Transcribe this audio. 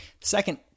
Second